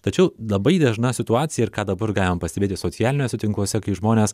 tačiau labai dažna situacija ir ką dabar galim pastebėti socialiniuose tinkluose kai žmonės